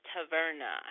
Taverna